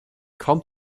kaum